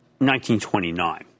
1929